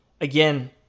again